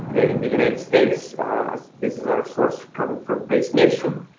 in the united states ah this is our source coming from pace nation.